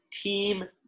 team